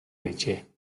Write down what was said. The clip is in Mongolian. байжээ